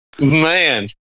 man